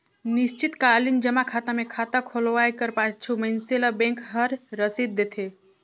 निस्चित कालीन जमा खाता मे खाता खोलवाए कर पाछू मइनसे ल बेंक हर रसीद देथे